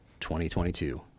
2022